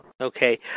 Okay